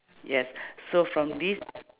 yes so from this